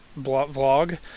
vlog